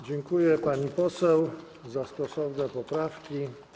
Dziękuję, pani poseł, za stosowne poprawki.